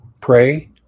Pray